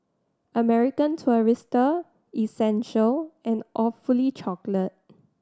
American Tourister Essential and Awfully Chocolate